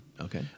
Okay